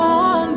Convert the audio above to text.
on